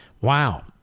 Wow